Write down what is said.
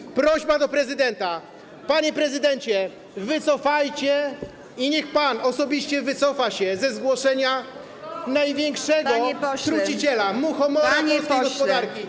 I prośba do prezydenta: Panie prezydencie, wycofajcie, niech pan osobiście wycofa się ze zgłoszenia największego truciciela, muchomora polskiej gospodarki.